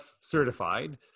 certified